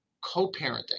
co-parenting